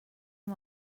amb